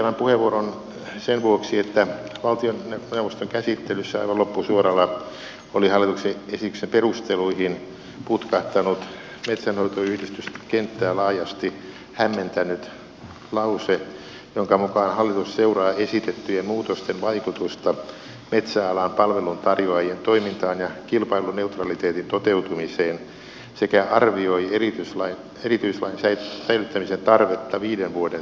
pyysin tämän puheenvuoron sen vuoksi että valtioneuvoston käsittelyssä aivan loppusuoralla oli hallituksen esityksen perusteluihin putkahtanut metsänhoitoyhdistyskenttää laajasti hämmentänyt lause jonka mukaan hallitus seuraa esitettyjen muutosten vaikutusta metsäalan palveluntarjoajien toimintaan ja kilpailuneutraliteetin toteutumiseen sekä arvioi erityislain säilyttämisen tarvetta viiden vuoden siirtymävaiheen jälkeen